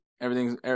everything's